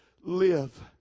Live